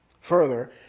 Further